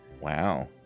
wow